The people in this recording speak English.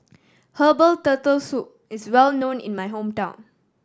herbal Turtle Soup is well known in my hometown